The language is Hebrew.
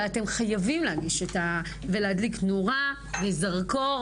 אבל אתם חייבים להגיש ולהדליק נורה וזרקור.